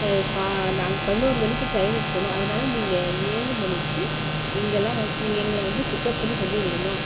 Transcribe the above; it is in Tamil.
நாங்கள் பதினோரு மணிக்கு டிரெயினுக்கு போகணும் அதனால நீங்கள் ஏழு மணிக்கு இங்கேலாம் நீங்கள் எங்களை வந்து பிக்கப் பண்ணி கொண்டு போய் விடணும்